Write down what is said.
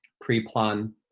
pre-plan